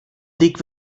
dyk